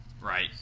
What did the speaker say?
right